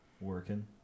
Working